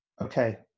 Okay